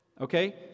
Okay